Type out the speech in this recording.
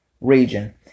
region